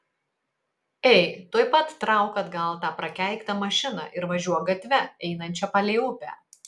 ei tuoj pat trauk atgal tą prakeiktą mašiną ir važiuok gatve einančia palei upę